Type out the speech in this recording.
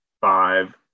five